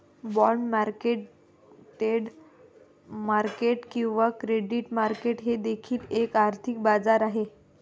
bond market debt market किंवा credit market हे देखील एक आर्थिक बाजार आहे